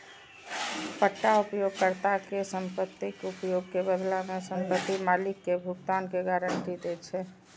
पट्टा उपयोगकर्ता कें संपत्तिक उपयोग के बदला मे संपत्ति मालिक कें भुगतान के गारंटी दै छै